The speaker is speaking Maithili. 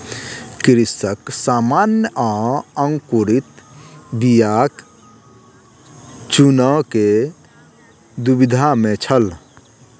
कृषक सामान्य आ अंकुरित बीयाक चूनअ के दुविधा में छल